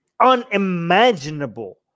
unimaginable